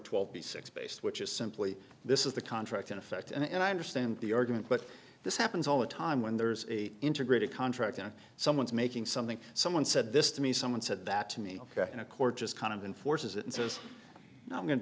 twenty six based which is simply this is the contract in effect and i understand the argument but this happens all the time when there's a integrated contract and someone's making something someone said this to me someone said that to me in a court just kind of enforces it and says not going to